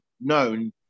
known